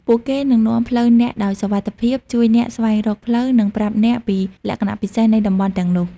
ពួកគេនឹងនាំផ្លូវអ្នកដោយសុវត្ថិភាព ជួយអ្នកស្វែងរកផ្លូវ និងប្រាប់អ្នកពីលក្ខណៈពិសេសនៃតំបន់ទាំងនោះ។